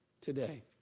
today